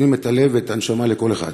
נותנים את הלב ואת הנשמה לכל אחד,